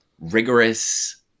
rigorous